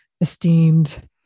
esteemed